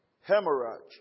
hemorrhage